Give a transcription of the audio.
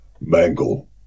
Mangle